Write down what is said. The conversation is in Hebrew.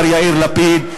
מר יאיר לפיד.